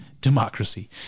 democracy